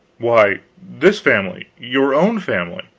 why, this family your own family.